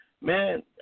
Man